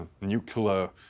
nuclear